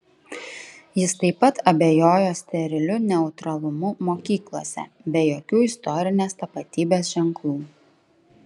jis taip pat abejojo steriliu neutralumu mokyklose be jokių istorinės tapatybės ženklų